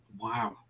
Wow